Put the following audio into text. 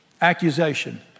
Accusation